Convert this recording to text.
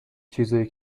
چیزای